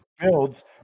builds